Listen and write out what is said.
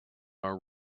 are